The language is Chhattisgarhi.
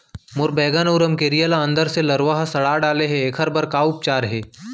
मोर बैगन अऊ रमकेरिया ल अंदर से लरवा ह सड़ा डाले हे, एखर बर का उपचार हे?